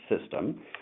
system